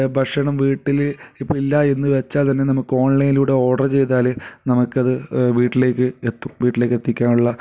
ഭക്ഷണം വീട്ടിൽ ഇപ്പോൾ ഇല്ലാ എന്നു വെച്ചാൽ തന്നെ നമുക്ക് ഓൺലൈനിലൂടെ ഓർഡർ ചെയ്താൽ നമുക്കതു വീട്ടിലേക്ക് എത്തും വീട്ടിലേക്കെത്തിക്കാനുള്ള